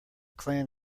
clan